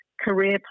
career